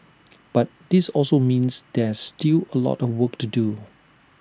but this also means there's still A lot of work to do